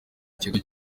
kigo